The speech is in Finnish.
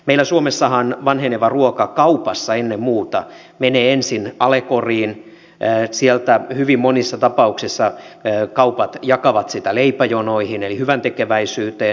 meillä suomessahan vanheneva ruoka kaupassa ennen muuta menee ensin alekoriin ja sieltä hyvin monissa tapauksissa kaupat jakavat sitä leipäjonoihin eli hyväntekeväisyyteen